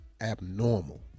abnormal